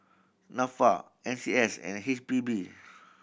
Nafa N C S and H P B